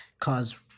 cause